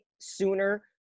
sooner